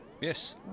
Yes